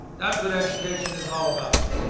that's what education is all about.